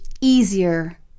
easier